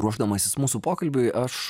ruošdamasis mūsų pokalbiui aš